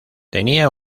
tenía